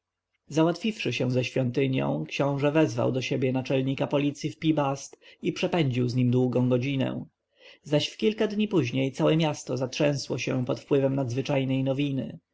załatwiwszy się ze świątynią książę wezwał do siebie naczelnika policji w pi-bast i przepędził z nim długą godzinę zaś w kilka dni później całe miasto zatrzęsło się pod wpływem nadzwyczajnej nowiny